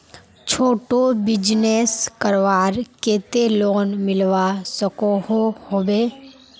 छोटो बिजनेस करवार केते लोन मिलवा सकोहो होबे?